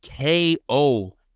KO